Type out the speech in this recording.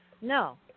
No